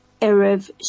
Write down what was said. Erev